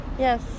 Yes